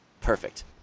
perfect